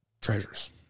treasures